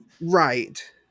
Right